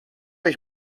ich